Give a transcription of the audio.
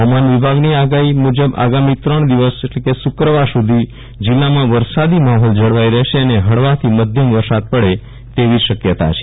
હવામાન વિભાગની આગાહી મુજબ આગામી ત્રણ દિવસ શુક્રવાર સુધી જીલ્લામાં વરસાદી માહોલ જળવાઈ રહેશે અને હળવાથી માધ્યમ વરસાદ પડે તેવી શક્યતા છે